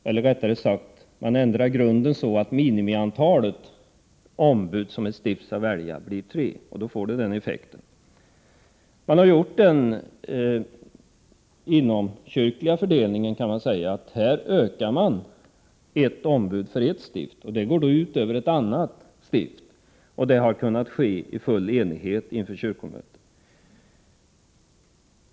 Eller rättare sagt: Grunden för antalet ombud ändras så, att minimiantalet ombud som ett stift skall välja blir tre. Det får den effekten att antalet ombud för Visby ökar med ett. Man har alltså gjort den inomkyrkliga fördelningen att antalet ombud för ett stift ökar. Det går ut över ett annat stift. Men detta har kunnat bestämmas i full enighet på kyrkomötet.